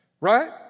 Right